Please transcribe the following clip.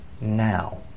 now